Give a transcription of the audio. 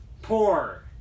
Poor